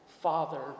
Father